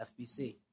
FBC